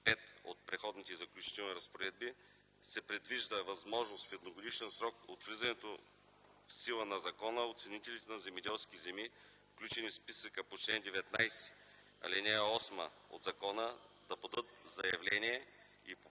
от Преходните и заключителните разпоредби) се предвижда възможност в едногодишен срок от влизането в сила на закона оценителите на земеделски земи, включени в списъка по чл. 19а, ал. 8 от закона, да подадат заявление и по